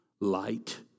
Light